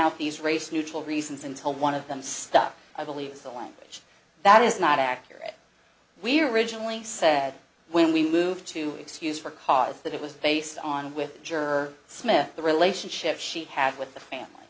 out these race neutral reasons until one of them stuck i believe the language that is not accurate we originally said when we moved to excuse for cars that it was based on with jersey smith the relationship she had with the family